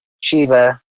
Shiva